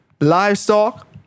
livestock